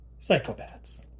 psychopaths